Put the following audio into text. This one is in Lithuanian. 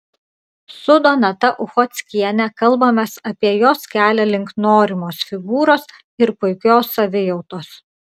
su donata uchockiene kalbamės apie jos kelią link norimos figūros ir puikios savijautos